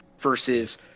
versus